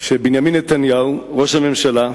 בנימין נתניהו, ראש הממשלה,